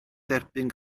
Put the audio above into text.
derbyn